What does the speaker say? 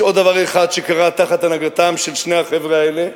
יש עוד דבר אחד שקרה תחת הנהגתם של שני החבר'ה האלה,